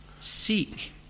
Seek